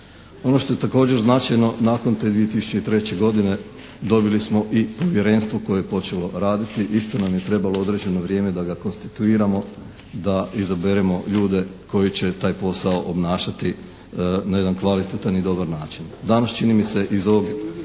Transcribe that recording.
Ono što je također značajno, nakon te 2003. godine dobili smo i Povjerenstvo koje je počelo raditi. Istina je da nam je trebalo određeno vrijeme da ga konstituiramo, da izaberemo ljude koji će taj posao obnašati na jedan kvaliteta i dobar način. Danas čini mi se iz ovog